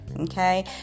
Okay